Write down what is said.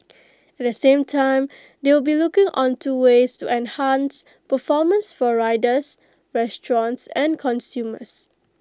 at the same time they will be looking onto ways to enhance performance for riders restaurants and consumers